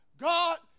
God